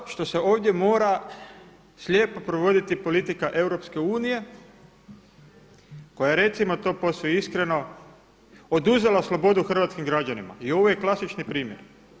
Zato što se ovdje mora slijepo provoditi politika EU koja recimo to posve iskreno, oduzela slobodu hrvatskim građanima i ovo je klasični primjer.